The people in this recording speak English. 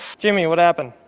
jimmy what happened?